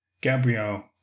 Gabriel